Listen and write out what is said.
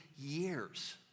years